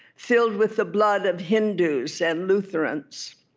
filled with the blood of hindus and lutherans.